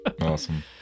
Awesome